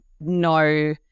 no